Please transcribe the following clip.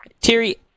Terry